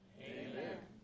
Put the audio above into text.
amen